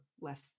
less